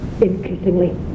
increasingly